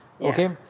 okay